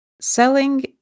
selling